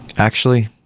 actually,